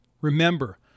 Remember